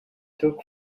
took